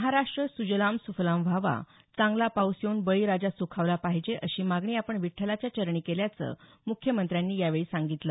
महाराष्ट सुजलाम सुफलाम व्हावा चांगला पाऊस येऊन बळी राजा सुखावला पाहिजे अशी मागणी आपण विठ्ठलाच्या चरणी केल्याचं मुख्यमंत्र्यांनी यावेळी सांगितलं